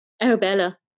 Arabella